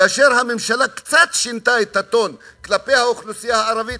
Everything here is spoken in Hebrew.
כאשר הממשלה קצת שינתה את הטון כלפי האוכלוסייה הערבית